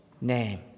name